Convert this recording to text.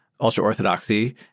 ultra-Orthodoxy